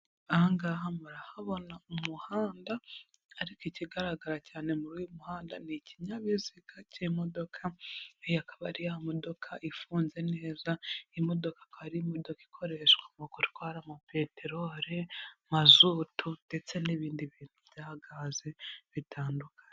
Aha ngaha murahabona umuhanda, ariko ikigaragara cyane muri uyu muhanda, ni ikinyabiziga cy'imodoka, iyo akaba ari ya modoka ifunze neza, imodoka akaba imodoka ikoreshwa mu gutwara amapeteroli, mazutu ndetse n'ibindi bintu bya gaze bitandukanye.